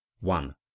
one